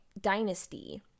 dynasty